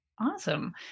Awesome